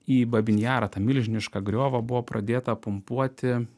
į babyn jarą tą milžinišką griovą buvo pradėta pumpuoti